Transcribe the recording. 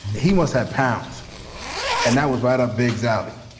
he must have pounds and that was right up big zolbe.